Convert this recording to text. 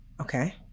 okay